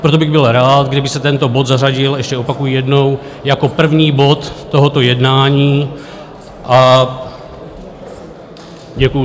Proto bych byl rád, kdyby se tento bod zařadil ještě opakuji jednou jako první bod tohoto jednání, a děkuji.